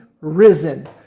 risen